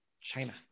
China